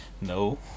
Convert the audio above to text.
no